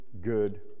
good